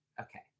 Okay